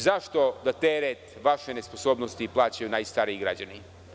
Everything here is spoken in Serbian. Zašto da teret vaše nesposobnosti plaćaju najstariji građani?